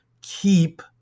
keep